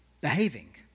behaving